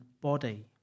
body